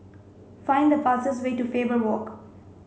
find the fastest way to Faber Walk